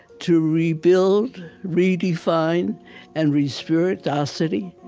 to rebuild, redefine and re-spirit our city.